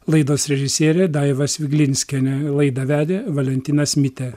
laidos režisierė daiva sviglinskienė laidą vedė valentinas mitė